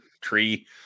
tree